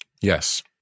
yes